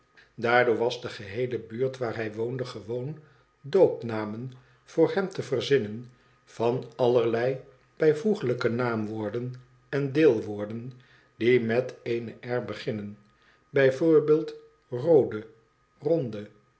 daardoor waa de gebeele buurt waar hij woonde gewoon doopnamen voor hem te ver zinnen van allerlei bijvoegelijke naamwoorden en deelwoorden die met eene r beginnen bijv roode ronde